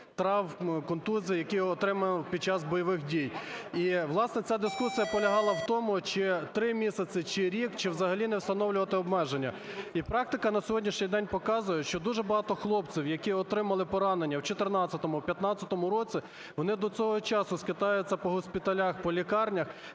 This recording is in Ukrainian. травм, контузій, які отримав під час бойових дій. І, власне, ця дискусія полягала в тому, чи три місяці, чи рік, чи взагалі не встановлювати обмеження. І практика на сьогоднішній день показує, що дуже багато хлопців, які отримали поранення в 14-15-му році, вони до цього часу скитаються по госпіталях, по лікарнях,